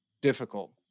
difficult